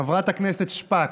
חברת הכנסת שפק,